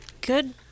good